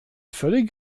völlig